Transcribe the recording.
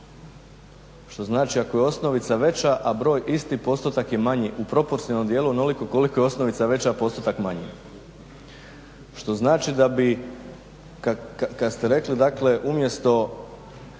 što znači ako je osnovica veća a broj isti postotak je manji u proporcionalnom dijelu onoliko koliko je osnovica veća, a postotak manji. Što znači kada ste rekli umjesto